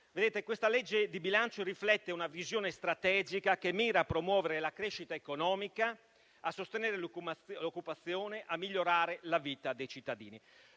Questa legge di bilancio riflette una visione strategica che mira a promuovere la crescita economica, a sostenere l'occupazione e a migliorare la vita dei cittadini.